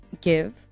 give